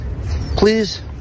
please